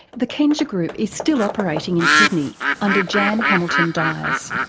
the kenja group is still operating in sydney under jan hamilton dyers.